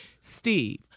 Steve